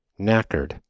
Knackered